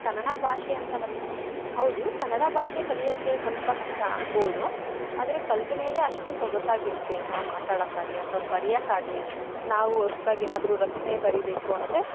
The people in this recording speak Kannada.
ಕನ್ನಡ ಭಾಷೆಯಂತ ಬಂದರೆ ಹೌದು ಕನ್ನಡ ಭಾಷೆ ಕಲಿಯೋಕೆ ಸ್ವಲ್ಪ ಕಷ್ಟ ಆಗ್ಬೌದು ಆದ್ರೆ ಕಲಿತ್ಮೇಲೆ ಅಷ್ಟು ಸೊಗಸಾಗಿರುತ್ತೆ ನಾವು ಮಾತಾಡಕ್ಕಾಗಲಿ ಅಥ್ವ ಬರಿಯಕ್ಕಾಗಲಿ ನಾವು ಹೊಸ್ದಗೇನಾದ್ರು ರಚನೆ ಬರಿಬೇಕು ಅಂದರೆ